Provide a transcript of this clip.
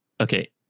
okay